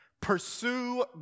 pursue